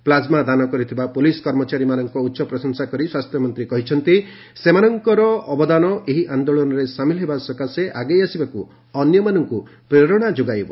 plasma ଦାନ କରିଥିବା police କର୍ମଚାରୀମାନଙ୍କ ପ୍ରଶଂସା କରି ସ୍ୱାସ୍ଥ୍ୟମନ୍ତ୍ରୀ କହିଛନ୍ତି ସେମାନଙ୍କର ଏହି ଅବଦାନ ଏହି ଆନ୍ଦୋଳନରେ ସାମିଲ ହେବା ସକାଶେ ଆଗେଇ ଆସିବାକୁ ଅନ୍ୟମାନଙ୍କୁ ପ୍ରେରଣା ଯୋଗାଇବ